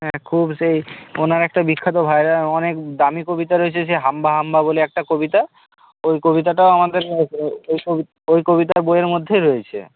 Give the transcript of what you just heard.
হ্যাঁ খুব সেই ওনার একটা বিখ্যাত ভাইরাল অনেক দামি কবিতা রয়েছে সেই হাম্বা হাম্বা বলে একটা কবিতা ওই কবিতাটাও আমাদের ওই কবি ওই কবিতার বইয়ের মধ্যেই রয়েছে